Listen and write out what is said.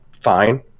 fine